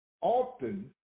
often